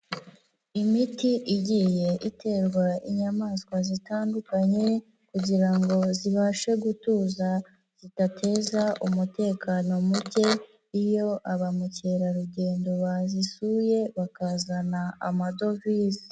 Imiti igiye iterwa inyamaswa zitandukanye kugira ngo zibashe gutuza zidateza umutekano muke, iyo aba mukerarugendo bazisuye bakazana amadovize.